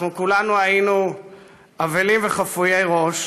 אנחנו כולנו היינו אבלים וחפויי ראש,